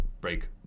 Break